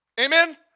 Amen